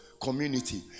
community